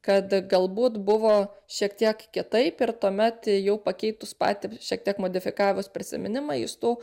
kad galbūt buvo šiek tiek kitaip ir tuomet jau pakeitus patį šiek tiek modifikavus prisiminimą jis tų